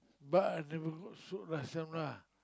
but I never go so last time lah